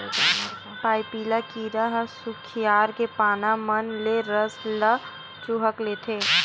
पाइपिला कीरा ह खुसियार के पाना मन ले रस ल चूंहक लेथे